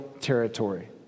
territory